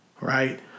Right